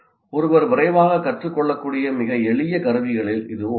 ஒருவர் விரைவாகக் கற்றுக் கொள்ளக்கூடிய மிக எளிய கருவிகளில் இதுவும் ஒன்றாகும்